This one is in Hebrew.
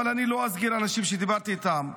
אבל אני לא אזכיר אנשים שדיברתי איתם,